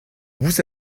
vous